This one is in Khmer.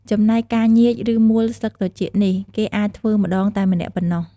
ចំណែការញៀច ឬ មួលស្លឹកត្រចៀកនេះ គេអាចធ្វើម្ដងតែម្នាក់ប៉ុណ្ណោះ។